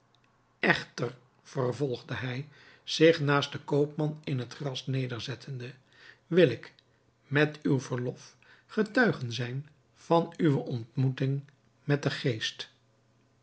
echter vervolgde hij zich naast den koopman in het gras nederzettende wil ik met uw verlof getuige zijn van uwe ontmoeting met den geest